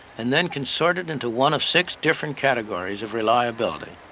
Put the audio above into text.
and then can sort it into one of six different categories of reliability.